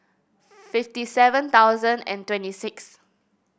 fifty seven thousand and twenty six